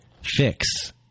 fix